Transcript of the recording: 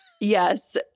yes